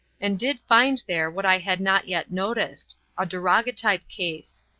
and did find there what i had not yet noticed a daguerreotype-case.